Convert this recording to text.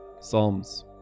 Psalms